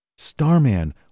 Starman